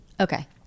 Okay